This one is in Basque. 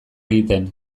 egiten